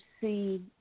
see